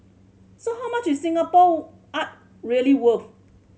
so how much is Singapore art really worth